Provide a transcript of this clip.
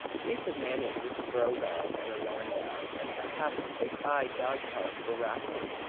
we could manage with a brougham and a landau, and perhaps a high dog-cart for raffles.